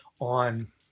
on